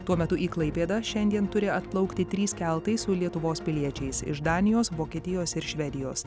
tuo metu į klaipėdą šiandien turi atplaukti trys keltai su lietuvos piliečiais iš danijos vokietijos ir švedijos